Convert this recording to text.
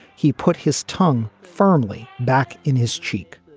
he put his tongue firmly back in his cheek